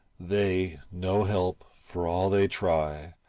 they, no help, for all they try,